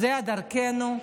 זו דרכנו?